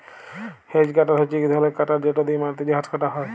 hedge cutter হছে ইক ধরলের কাটার যেট দিঁয়ে মাটিতে ঘাঁস কাটা হ্যয়